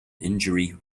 injury